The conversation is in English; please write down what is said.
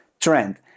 trend